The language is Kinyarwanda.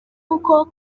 uko